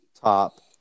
top